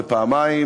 ופעמיים,